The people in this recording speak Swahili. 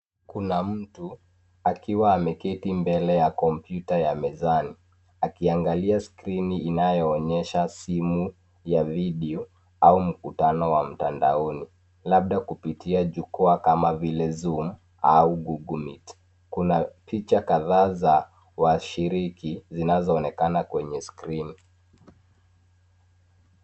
Kuna mtu akiwa ameketi mbele ya kompyuta ya mezani, akiangalia skrini inayoonyesha simu ya video au mkutano wa mtandaoni, labda kupitia jukwaa kama vile Zoom au Google Meet . Kuna picha kadhaa za washiriki zinazonekana kwenye skrini.